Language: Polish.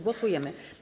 Głosujemy.